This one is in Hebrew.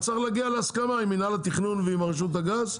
רק צריך להגיע להסכמה עם מינהל התכנון ועם רשות הגז,